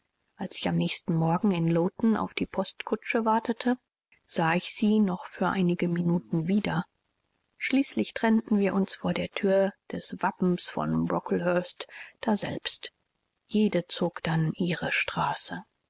als ich am nächsten morgen in lowton auf die postkutsche wartete sah ich sie noch für einige minuten wieder schließlich trennten wir uns vor der thür des wappens von brocklehurst daselbst jede zog dann ihre straße